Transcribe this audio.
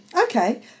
okay